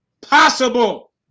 possible